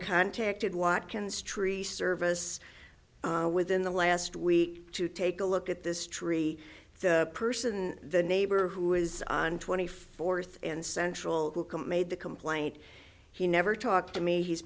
contacted watkins tree service within the last week to take a look at this tree the person the neighbor who is on twenty fourth and central made the complaint he never talked to me he's